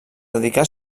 dedicà